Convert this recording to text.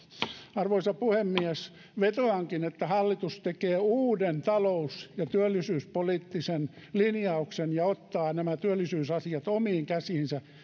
arvoisa puhemies vetoankin että hallitus tekee uuden talous ja työllisyyspoliittisen linjauksen ja ottaa nämä työllisyysasiat omiin käsiinsä